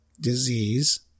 Disease